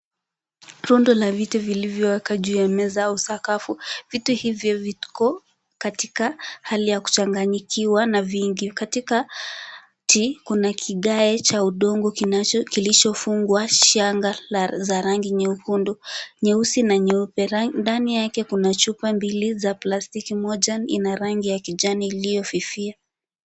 Rundo la vitu vilivyowekwa juu ya meza au sakafu. Vitu hivyo viko katika hali ya kuchanganyikiwa na vingi. Katikati kuna kigae cha udongo kilichofungwa shanga za rangi nyekundu, nyeusi na nyeupe. Ndani yake kuna chupa mbili za plastiki, moja ina rangi ya kijani iliyofifia.